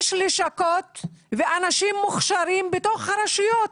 יש לשכות ואנשים מוכשרים בתוך הרשויות.